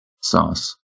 Sauce